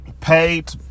paid